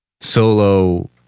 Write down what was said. Solo